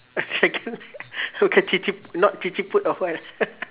a dragonite